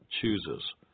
chooses